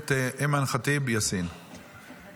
הכנסת אימאן ח'טיב יאסין, מוותרת.